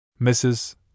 Mrs